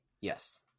yes